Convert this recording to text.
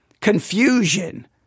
confusion